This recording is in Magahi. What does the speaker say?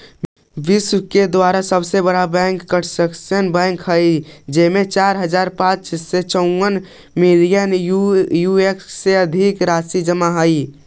विश्व के दूसरा सबसे बड़ा बैंक चाइना कंस्ट्रक्शन बैंक हइ जेमें चार हज़ार पाँच सौ चउवन बिलियन यू.एस.डी से अधिक राशि जमा हइ